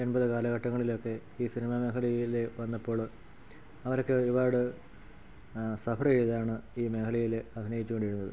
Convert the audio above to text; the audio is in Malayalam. എൺപത് കാലഘട്ടങ്ങളിലൊക്കെ ഈ സിനിമ മേഘലയിൽ വന്നപ്പോൾ അവരൊക്കെ ഒരുപാട് സഫർ ചെയ്താണ് ഈ മേഘലയിൽ അഭിനയിച്ചു കൊണ്ടിരുന്നത്